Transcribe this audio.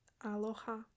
aloha